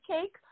cake